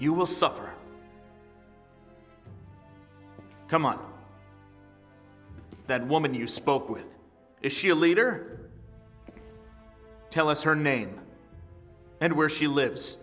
you will suffer come on that woman you spoke with is she a leader tell us her name and where she lives